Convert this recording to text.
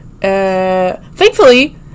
Thankfully